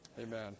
amen